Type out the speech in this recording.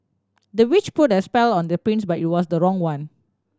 the witch put a spell on the prince but it was the wrong one